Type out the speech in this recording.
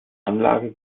anlage